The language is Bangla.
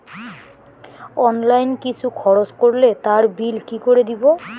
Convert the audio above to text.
অনলাইন কিছু খরচ করলে তার বিল কি করে দেবো?